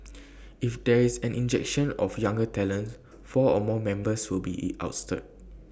if there is an injection of younger talents four or more members will be E ousted